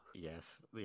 Yes